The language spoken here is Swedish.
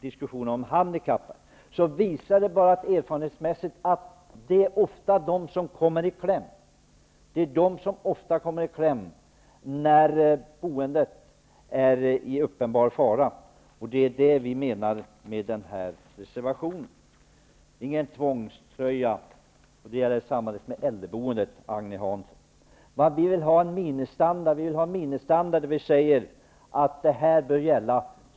Diskussionen om de handikappade visar att det erfarenhetsmässigt är de som ofta kommer i kläm när boendet är i uppenbar fara. Det är det vi menar med den reservationen. Det är ingen tvångströja. Samma sak gäller äldreboendet, Agne Hansson. Vi vill ha en ministandard som säger vad som bör gälla.